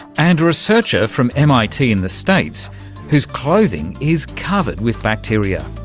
and a researcher from mit in the states whose clothing is covered with bacteria,